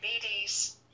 diabetes